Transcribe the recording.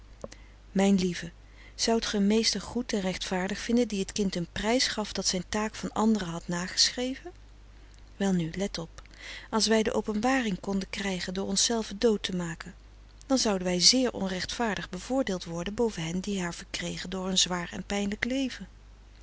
mijn lieve zoudt ge een meester goed en rechtvaardig vinden die het kind een prijs gaf dat zijn taak van anderen had nageschreven welnu let nu op als wij de openbaring konden krijgen door ons zelven dood te maken dan zouden wij zeer onrechtvaardig bevoordeeld worden boven hen die haar verkregen door een zwaar en pijnlijk leven